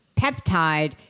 peptide